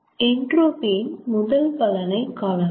entropy இன் முதல் பயனை காணலாம்